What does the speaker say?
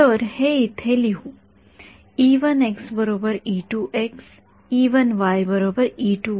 तर हे इथे लिहु